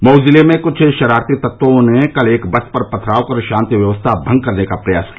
मऊ जिले में कृष्ठ शरारती तत्वों ने कल एक बस पर पथराव कर शांति व्यवस्था भंग करने का प्रयास किया